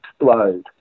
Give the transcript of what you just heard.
explode